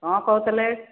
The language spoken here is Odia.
କ'ଣ କହୁଥିଲେ